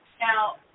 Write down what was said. Now